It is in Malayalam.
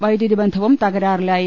വൈദ്യുതി ബന്ധവും തകരാറിലായി